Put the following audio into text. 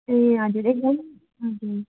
ए हजुर हजुर